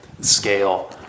scale